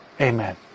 Amen